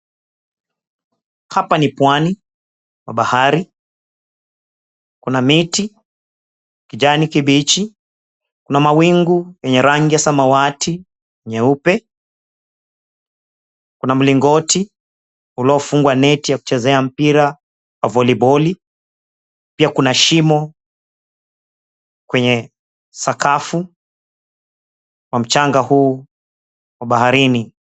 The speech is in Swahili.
Hapa ni pwani wa bahari. Kuna miti, kijani kibichi, kuna mawingu yenye rangi ya samawati nyeupe, kuna mlingoti uliofungwa neti ya kuchezea mpira wa voliboli, pia kuna shimo kwenye sakafu wa mchanga huu wa baharini.